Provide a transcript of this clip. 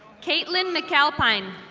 caitlin mcalpine.